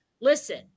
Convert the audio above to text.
listen